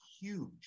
huge